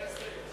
בעניין הזה.